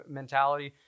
mentality